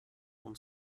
und